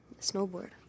Snowboard